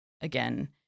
again